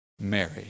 Mary